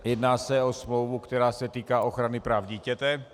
Jedná se o smlouvu, která se týká ochrany práv dítěte.